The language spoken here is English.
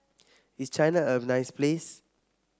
is China a nice place